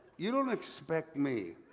you don't expect me